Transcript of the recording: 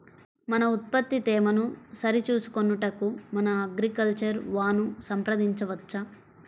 మన ఉత్పత్తి తేమను సరిచూచుకొనుటకు మన అగ్రికల్చర్ వా ను సంప్రదించవచ్చా?